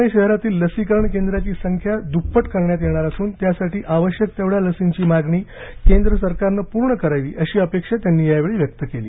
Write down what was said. पूणे शहरातील लसीकरण केंद्रांची संख्या दूप्पट करण्यात येणार असून त्यासाठी आवश्यक तेवढ्या लसींची मागणी केंद्र सरकारनं पूर्ण करावी अशी अपेक्षा त्यांनी या वेळी व्यक्त केली